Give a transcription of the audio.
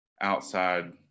outside